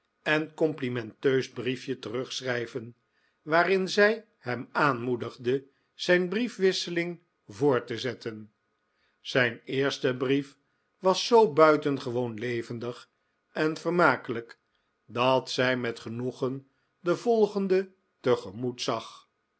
en complimenteus briefje terugschrijven waarin zij hem aanmoedigde zijn briefwisseling voort te zetten zijn eerste brief was zoo buitengewoon levendig en vermakelijk dat zij met genoegen den volgenden tegemoet zag